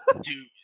dude